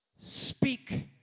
speak